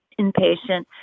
inpatient